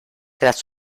tras